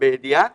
בידיעה